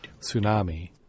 Tsunami